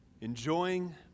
enjoying